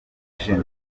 gen